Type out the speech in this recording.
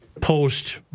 post